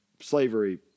Slavery